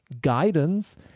guidance